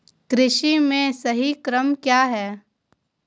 कृषि में सही क्रम क्या है?